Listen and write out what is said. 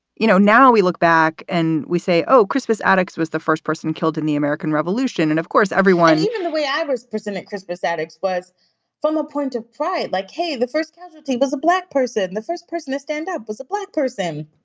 you know, now we look back and we say, oh, crispus attucks was the first person killed in the american revolution and of course, everyone, even the way i was president, crispus attucks was from a point of pride, like the first casualty was a black person and the first person to stand up was a black person.